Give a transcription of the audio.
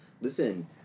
listen